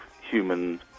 human